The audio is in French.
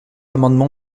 amendement